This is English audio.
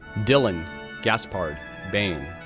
dylan gaspard bane,